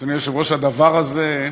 אדוני היושב-ראש, "הדבר הזה"